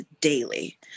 daily